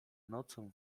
nocą